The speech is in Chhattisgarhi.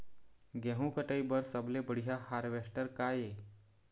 गेहूं कटाई बर सबले बढ़िया हारवेस्टर का ये?